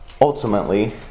ultimately